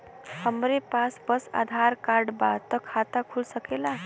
हमरे पास बस आधार कार्ड बा त खाता खुल सकेला?